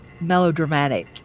melodramatic